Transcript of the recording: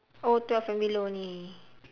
oh twelve and below only